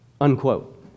Unquote